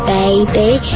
baby